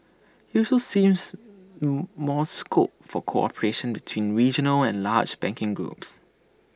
he also sees more scope for cooperation between regional and large banking groups